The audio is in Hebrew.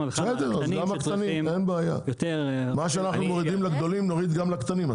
מה שאנחנו מורידים לגדולים נוריד גם לקטנים.